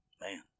Man